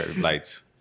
lights